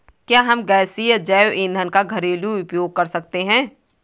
क्या हम गैसीय जैव ईंधन का घरेलू उपयोग कर सकते हैं?